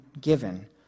given